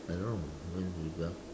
I don't know won't rebel